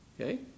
Okay